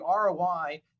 ROI